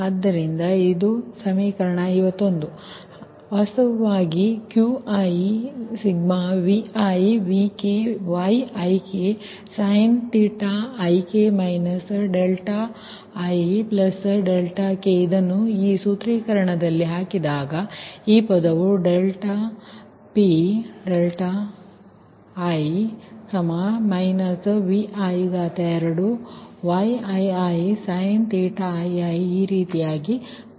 ಆದ್ದರಿಂದ ವಾಸ್ತವವಾಗಿ ನೀವು Qi k1n|Vi||Vk‖Yik|ik ik ಇದನ್ನು ಈ ಸೂತ್ರೀಕರಣದಲ್ಲಿ ಹಾಕಿದಾಗ ಈ ಪದವನ್ನು ∂Pi∂δi |Vi|2 |Yii|ii ಈ ರೀತಿಯಲ್ಲಿ ಬರೆಯಬಹುದು